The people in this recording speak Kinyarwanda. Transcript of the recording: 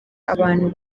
abantu